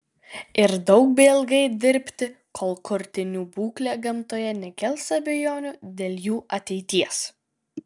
ir daug bei ilgai dirbti kol kurtinių būklė gamtoje nekels abejonių dėl jų ateities